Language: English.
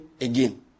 again